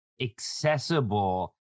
accessible